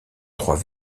trois